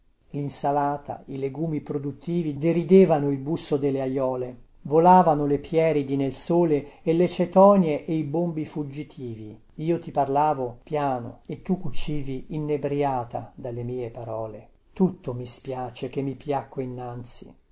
linsalata i legumi produttivi deridevano il busso delle aiole volavano le pieridi nel sole e le cetonie e i bombi fuggitivi io ti parlavo piano e tu cucivi innebriata dalle mie parole tutto mi spiace che mi piacque innanzi